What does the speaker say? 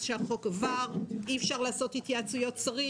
שהחוק עבר אי אפשר לעשות התייעצויות שרים,